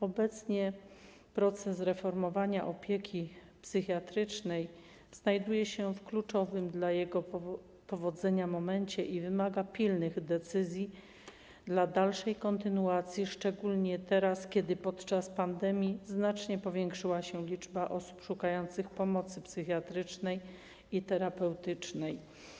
Obecnie proces reformowania opieki psychiatrycznej znajduje się w kluczowym dla powodzenia momencie i wymaga pilnych decyzji, jeśli chodzi o kontynuację, szczególnie teraz, kiedy podczas pandemii znacznie powiększyła się liczba osób szukających pomocy psychiatrycznej i terapeutycznej.